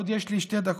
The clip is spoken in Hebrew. יש לי עוד שתי דקות,